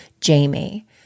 Jamie